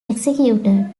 executed